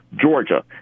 Georgia